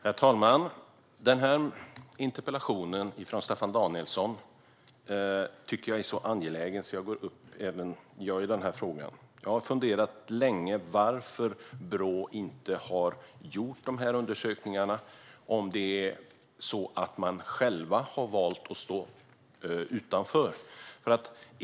Herr talman! Interpellationen från Staffan Danielsson är så angelägen att även jag går upp i debatten om frågan. Jag har funderat länge på varför Brå inte har gjort undersökningarna och om man själv valt att stå utanför.